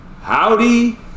Howdy